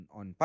on